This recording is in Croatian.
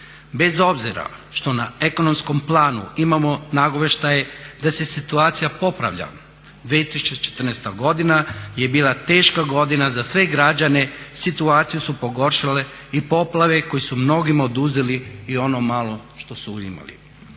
Bez obzira što na ekonomskom planu imamo nagovještaje da se situacija popravlja 2014. godina je bila teška godina za sve građane, situaciju su pogoršale i poplave koje su mnogima oduzele i ono malo što su imali.